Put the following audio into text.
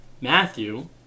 Matthew